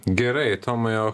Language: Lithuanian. gerai tomai o